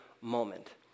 moment